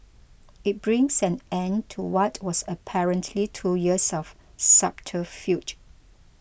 it brings an end to what was apparently two years of subterfuge